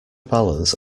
balance